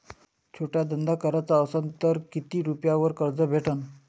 छोटा धंदा कराचा असन तर किती रुप्यावर कर्ज भेटन?